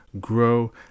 grow